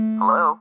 Hello